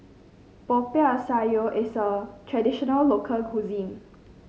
Popiah Sayur is a traditional local cuisine